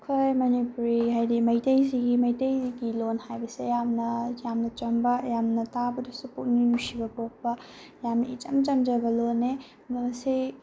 ꯑꯩꯈꯣꯏ ꯃꯅꯤꯄꯨꯔꯤ ꯍꯥꯏꯗꯤ ꯃꯩꯇꯩꯁꯤꯒꯤ ꯃꯩꯇꯩꯒꯤ ꯂꯣꯟ ꯍꯥꯏꯕꯁꯦ ꯌꯥꯝꯅ ꯌꯥꯝꯅ ꯆꯝꯕ ꯌꯥꯝꯅ ꯇꯥꯕꯗꯁꯨ ꯄꯨꯛꯅꯤꯡ ꯅꯨꯡꯁꯤꯕ ꯞꯣꯛꯄ ꯌꯥꯝꯅ ꯏꯆꯃ ꯆꯝꯖꯕ ꯂꯣꯟꯅꯦ ꯃꯁꯤ